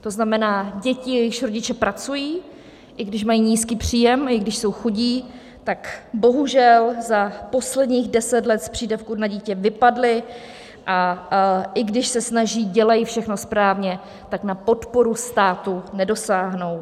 To znamená, děti, jejichž rodiče pracují, i když mají nízký příjem, i když jsou chudí, tak bohužel za posledních deset let z přídavku na dítě vypadli, a i když se snaží, dělají všechno správně, tak na podporu státu nedosáhnou.